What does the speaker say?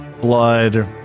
blood